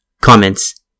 Comments